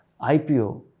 IPO